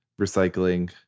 recycling